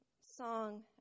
song